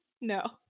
No